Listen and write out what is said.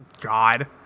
God